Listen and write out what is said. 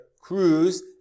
cruise